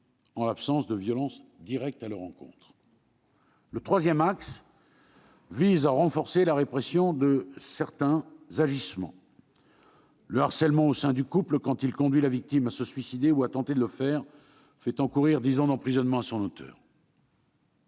en l'absence de violence directe à leur encontre. Le troisième axe entend renforcer la répression de certains agissements. Le harcèlement au sein du couple, quand il conduit la victime à se suicider ou à tenter de le faire, fait encourir dix ans d'emprisonnement à son auteur.